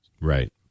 Right